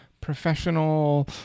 professional